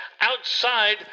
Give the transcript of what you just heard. outside